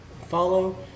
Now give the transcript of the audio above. follow